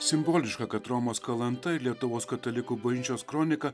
simboliška kad romas kalanta ir lietuvos katalikų bažnyčios kronika